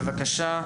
בבקשה.